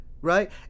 right